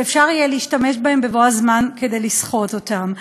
שאפשר יהיה להשתמש בהם בבוא הזמן כדי לסחוט אותם.